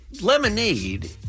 Lemonade